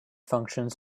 functions